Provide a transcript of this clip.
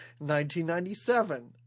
1997